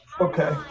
Okay